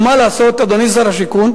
ומה לעשות, אדוני שר השיכון,